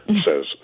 says